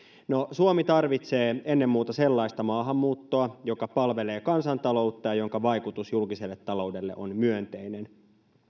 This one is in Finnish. suomi tarvitsee ennen muuta sellaista maahanmuuttoa joka palvelee kansantaloutta ja jonka vaikutus julkiselle taloudelle on myönteinen